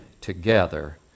together